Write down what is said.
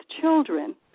children